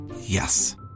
Yes